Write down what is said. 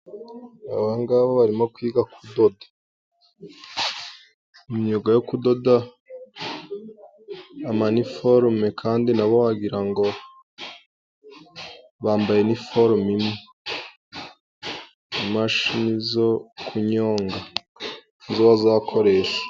Aba ngabo barimo kwiga kudoda. Imyuga yo kudoda amaniforume, kandi nabo wagira ngo bambaye iniforume imwe. Imashini zo kunyonga, nizo bazakoresha.